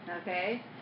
okay